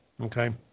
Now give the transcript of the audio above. okay